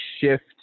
shift